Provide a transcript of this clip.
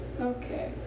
Okay